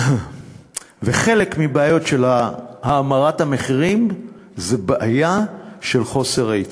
וחלק מהבעיות של האמרת המחירים זה בעיה של חוסר היצע.